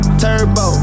turbo